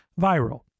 Viral